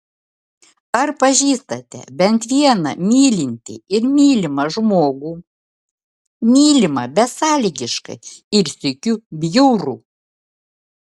ar pažįstate bent vieną mylintį ir mylimą žmogų mylimą besąlygiškai ir sykiu bjaurų